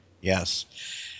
Yes